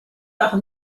par